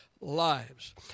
lives